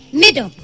middle